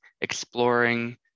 exploring